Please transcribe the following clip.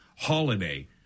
holiday